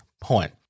point